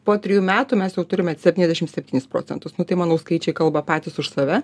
po trijų metų mes jau turime septyniasdešim septynis procentus nu tai manau skaičiai kalba patys už save